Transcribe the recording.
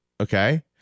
Okay